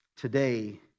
Today